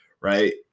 right